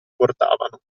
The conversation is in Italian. portavano